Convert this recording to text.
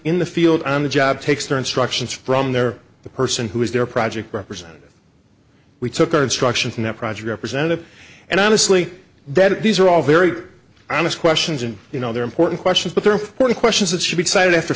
in the field on the job takes their instructions from there the person who is their project representative we took our instruction from that project representative and honestly that these are all very honest questions and you know they're important questions but there are questions that should be decided after